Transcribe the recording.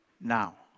now